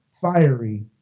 fiery